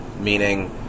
meaning